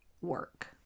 work